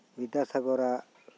ᱵᱤᱫᱟ ᱥᱟᱜᱚᱨᱟᱜ